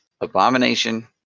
Abomination